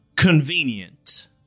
Convenient